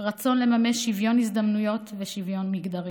רצון לממש שוויון הזדמנויות ושוויון מגדרי.